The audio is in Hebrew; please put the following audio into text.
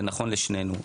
זה נכון לשנינו.